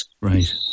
Right